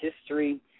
history